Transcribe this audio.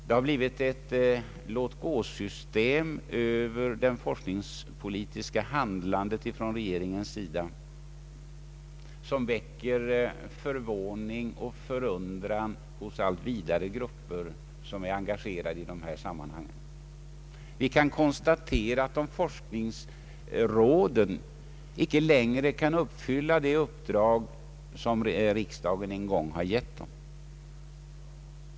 Det har blivit ett låt-gå-system över det forskningspolitiska handlandet från regeringens sida som väcker förvåning och förundran hos allt vidare grupper som är engagerade i dessa sammanhang. Vi kan konstatera att forskningsråden icke längre kan fullfölja de uppdrag som riksdagen en gång gett dem.